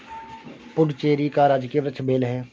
पुडुचेरी का राजकीय वृक्ष बेल है